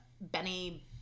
Benny